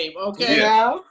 okay